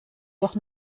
doch